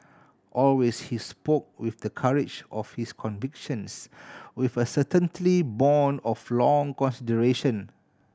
always he spoke with the courage of his convictions with a certaintly born of long consideration